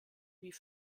wie